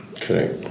Correct